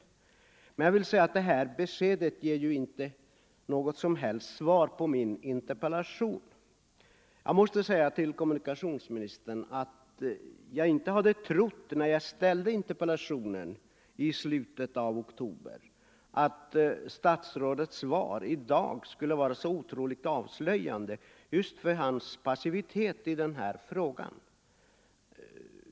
Det beskedet är inget som helst svar på min interpellation. Jag måste säga att jag inte, när jag i slutet av oktober ställde interpellationen, hade trott att statsrådets svar i dag skulle vara så otroligt avslöjande för hans passivitet i denna fråga.